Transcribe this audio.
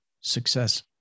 success